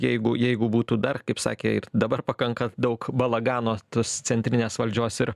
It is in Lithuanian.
jeigu jeigu būtų dar kaip sakė ir dabar pakanka daug balagano tos centrinės valdžios ir